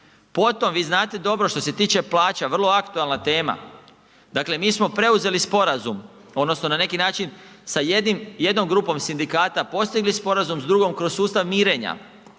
Potom, vi znate dobro što se tiče plaća, vrlo aktualna tema, dakle mi smo preuzeli sporazum, odnosno na neki način sa jednom grupom sindikata postigli sporazum, s drugom kroz sustav mirenja